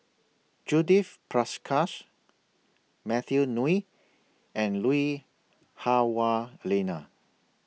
Judith Prakash Matthew Ngui and Lui Hah Wah Elena